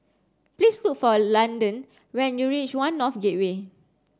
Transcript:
please look for Landon when you reach One North Gateway